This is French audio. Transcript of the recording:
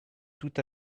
tout